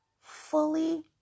fully